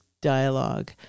dialogue